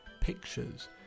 pictures